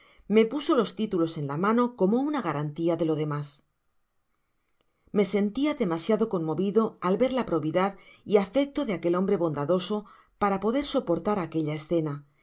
me puso los titulos en la mano como una garantia de lo demas me sentia demasiado conmovido al ver la probidad y afecto de aquel hombre bondadoso para poder soportar aquella escena